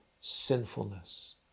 sinfulness